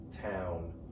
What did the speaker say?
town